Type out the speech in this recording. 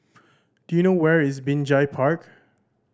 do you know where is Binjai Park